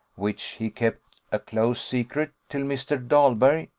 which he kept a close secret till mr. daghlberg,